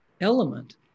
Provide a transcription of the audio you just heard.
element